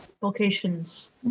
vocations